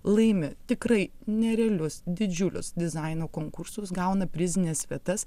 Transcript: laimi tikrai nerealius didžiulius dizaino konkursus gauna prizines vietas